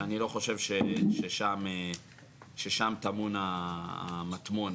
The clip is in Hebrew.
שאני לא חושב ששם טמון המטמון.